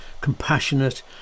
compassionate